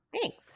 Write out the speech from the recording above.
thanks